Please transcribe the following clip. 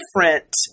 different